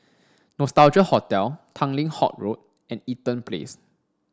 Nostalgia Hotel Tanglin Halt Road and Eaton Place